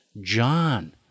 John